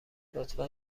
لطفا